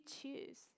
choose